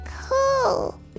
Cool